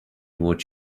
what